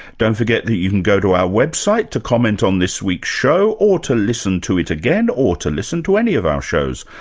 don't forget that you can go to our website to comment on this week's show, or to listen to it again, or to listen to any of our shows.